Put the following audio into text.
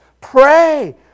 Pray